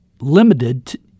limited